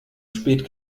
spät